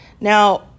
Now